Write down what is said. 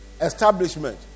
establishment